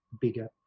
bigger